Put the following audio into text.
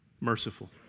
Merciful